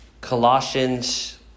Colossians